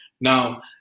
Now